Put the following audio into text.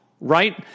right